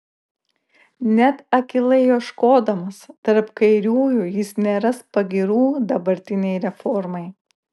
net akylai ieškodamas tarp kairiųjų jis neras pagyrų dabartinei reformai